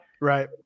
Right